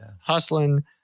hustling